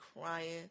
crying